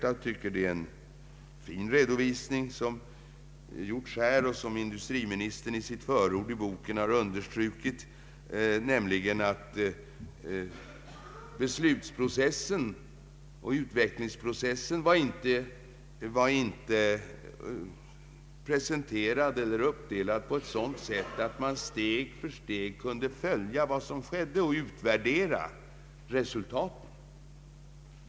Jag tycker att det är en fin redovisning som här har gjorts och som industriministern i sitt förord till boken har understrukit — och som jag helhjärtat instämmer i — nämligen att beslutsprocessen och utvecklingsprocessen inte var uppdelad på ett sådant sätt att man steg för steg kunde följa vad som skedde och utvärdera resultaten.